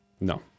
No